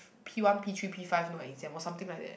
P one P-three P-five no exam or something like that